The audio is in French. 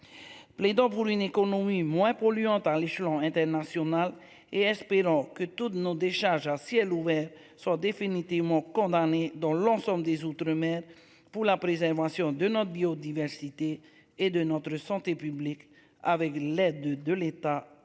Plaidant pour une économie moins polluante à l'échelon international et espérons que toutes de nos décharges à ciel ouvert sont définitivement condamné. Dans l'ensemble des outre-mer pour la préservation de notre biodiversité et de notre santé publique avec l'aide de l'État et de